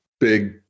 big